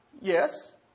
Yes